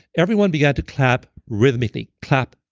everyone began to clap rhythmically, clap,